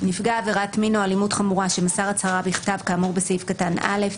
נפגע עבירת מין או אלימות חמורה שמסר הצהרה בכתב כאמור בסעיף קטן (א),